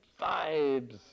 vibes